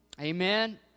amen